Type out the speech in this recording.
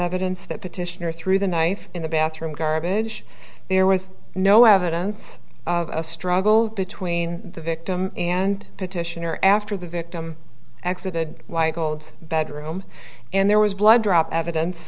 evidence that petitioner threw the knife in the bathroom garbage there was no evidence of a struggle between the victim and petitioner after the victim accident white gold bedroom and there was blood drop